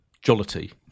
Jollity